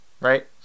Right